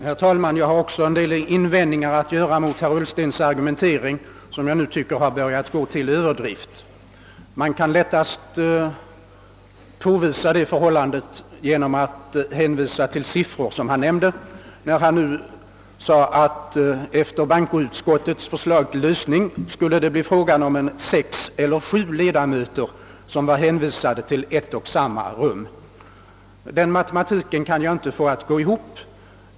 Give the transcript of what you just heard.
Herr talman! Också jag har en del invändningar att göra mot herr Ullstens argumentering, som jag nu tycker börjar gå till överdrift. Man kan lättast påvisa detta förhållande genom att hänvisa till en del siffror som han nämnde. Han anförde att enligt bankoutskottets förslag till lösning skulle sex å sju ledamöter bli hänvisade till ett och samma rum. Detta räknestycke kan jag inte få att gå ihop.